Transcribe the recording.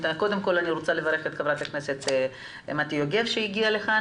קודם כול אני רוצה לברך את חברת הכנסת מטי יוגב שהגיעה לכאן,